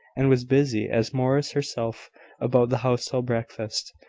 and was busy as morris herself about the house till breakfast,